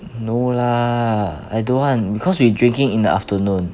no lah I don't want because we drinking in the afternoon